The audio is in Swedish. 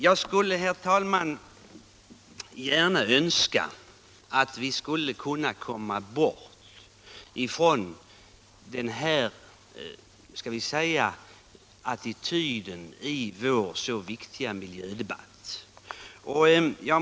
Jag skulle, herr talman, gärna önska att vi kunde komma bort från den här attityden i vår så viktiga miljödebatt.